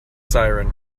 siren